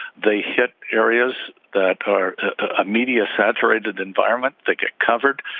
they hit areas that are ah media saturated environment that get covered.